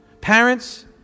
Parents